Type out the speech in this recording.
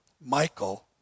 Michael